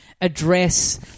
address